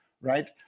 right